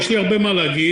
יש לי הרבה מה להגיד.